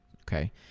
Okay